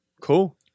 Cool